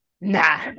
Nah